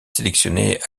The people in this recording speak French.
sélectionné